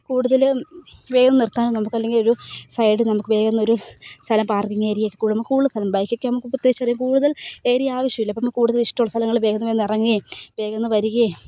കൂടുതൽ വേഗം നിർത്താനോ നമുക്ക് അല്ലെങ്കിൽ ഒരു സൈഡ് നമുക്ക് വേഗം എന്ന് ഒരു സ്ഥലം പാർക്കിങ്ങ് ഏരിയയൊക്കെ കൂടുമ്പോൾ കൂടുതൽ സ്ഥലം ബൈക്കൊക്കെ ആവുമ്പോൾ നമുക്ക് പ്രത്യകിച്ച് പറയാം കൂടുതൽ ഏരിയ ആവിശ്യമില്ല അപ്പോൾ നമ്മൾ കൂടുതൽ ഇഷ്ടമുള്ള സ്ഥലങ്ങൾ വേഗം എന്ന് വന്ന് ഇറങ്ങി വേഗം വരികയും